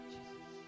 Jesus